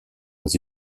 aux